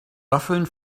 waffeln